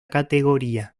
categoría